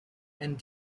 and